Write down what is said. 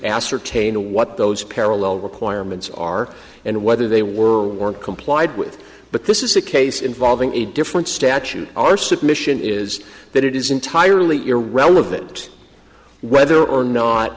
ascertain what those parallel requirements are and whether they were weren't complied with but this is a case involving a different statute our submission is that it is entirely irrelevant whether or not